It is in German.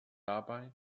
dabei